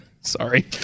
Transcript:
Sorry